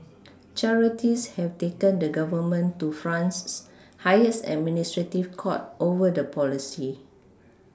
charities have taken the Government to France's highest administrative court over the policy